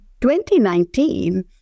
2019